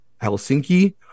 Helsinki